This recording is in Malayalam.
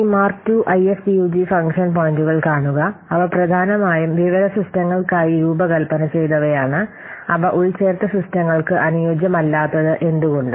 ഈ മാർക്ക് II IFPUG ഫംഗ്ഷൻ പോയിന്റുകൾ കാണുക അവ പ്രധാനമായും വിവര സിസ്റ്റങ്ങൾക്കായി രൂപകൽപ്പന ചെയ്തവയാണ് അവ ഉൾച്ചേർത്ത സിസ്റ്റങ്ങൾക്ക് അനുയോജ്യമല്ലാത്തത് എന്തുകൊണ്ട്